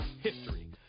history